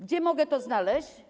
Gdzie mogę to znaleźć?